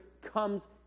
comes